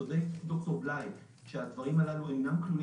וצודק ד"ר בליי שהדברים הללו אינם כלולים